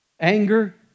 Anger